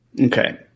Okay